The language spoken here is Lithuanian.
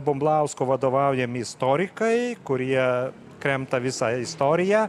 bumblausko vadovaujami istorikai kurie kremta visą istoriją